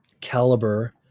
caliber